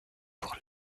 pour